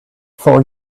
for